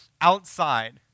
outside